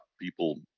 people